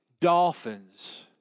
dolphins